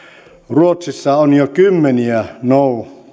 ruotsissa on jo kymmeniä no